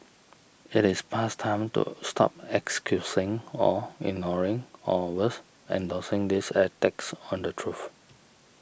it is past time to stop excusing or ignoring or worse endorsing these attacks on the truth